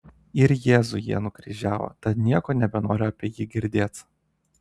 ir jėzų jie nukryžiavo tad nieko nebenoriu apie jį girdėt